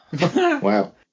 Wow